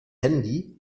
handy